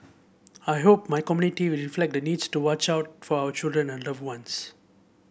I hope my community will reflect the need to watch out for our children and loved ones